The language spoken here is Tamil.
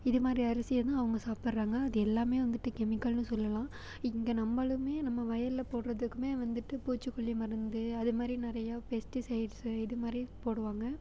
இதுமாதிரி அரிசியை தான் அவங்க சாப்பிட்றாங்க அது எல்லாமே வந்துட்டு கெமிக்கல்னு சொல்லலாம் இங்கே நம்மளுமே நம்ம வயல்ல போடுறதுக்குமே வந்துட்டு பூச்சுக்கொல்லி மருந்து அதுமாதிரி நிறையா பெஸ்ட்டிசைட்ஸு இதுமாதிரி போடுவாங்கள்